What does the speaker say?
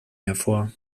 hervor